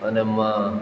અને મા